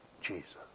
Jesus